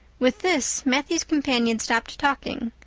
with this matthew's companion stopped talking,